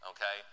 Okay